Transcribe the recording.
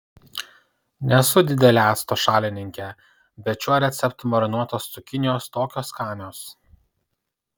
nesu didelė acto šalininkė bet šiuo receptu marinuotos cukinijos tokios skanios